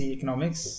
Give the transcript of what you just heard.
Economics